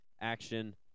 action